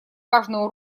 важную